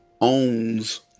owns